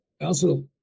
also-